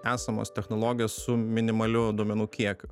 esamos technologijos su minimaliu duomenų kiekiu